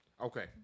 Okay